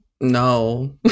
no